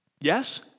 Yes